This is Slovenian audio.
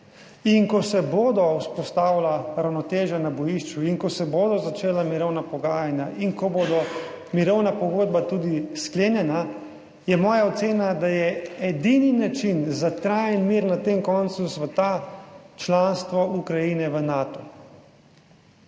In ko se bodo vzpostavila ravnotežja na bojišču in ko se bodo začela mirovna pogajanja in ko bodo mirovna pogodba tudi sklenjena, je moja ocena, da je edini način za trajen mir na tem koncu sveta članstvo Ukrajine v Natu.